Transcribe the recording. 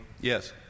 Yes